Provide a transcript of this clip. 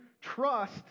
trust